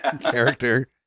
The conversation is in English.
character